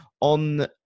On